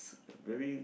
very